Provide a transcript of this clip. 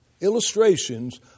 Illustrations